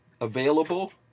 available